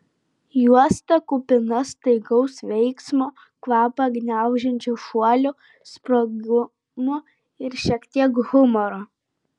juosta kupina staigaus veiksmo kvapą gniaužiančių šuolių sprogimų ir šiek tiek humoro